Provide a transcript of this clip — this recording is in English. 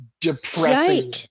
depressing